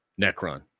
Necron